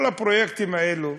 כל הפרויקטים האלה,